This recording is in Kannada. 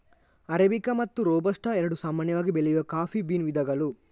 ಅರೇಬಿಕಾ ಮತ್ತು ರೋಬಸ್ಟಾ ಎರಡು ಸಾಮಾನ್ಯವಾಗಿ ಬೆಳೆಯುವ ಕಾಫಿ ಬೀನ್ ವಿಧಗಳು